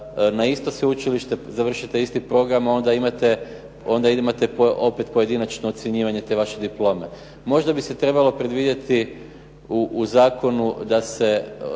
na isto sveučilište, završi taj isti program, a onda imate opet pojedinačno ocjenjivanje te vaše diplome. Možda bi se trebalo predvidjeti u zakonu da se